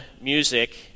music